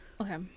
Okay